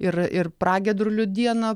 ir ir pragiedrulių dieną